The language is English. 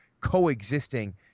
coexisting